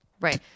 Right